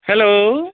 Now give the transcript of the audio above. hello